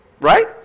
right